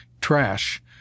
trash